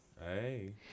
Hey